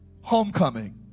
Homecoming